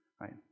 right